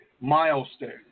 milestone